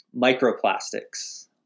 microplastics